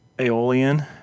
Aeolian